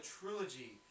trilogy